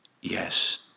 Yes